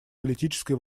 политической